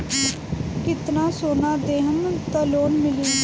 कितना सोना देहम त लोन मिली?